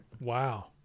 Wow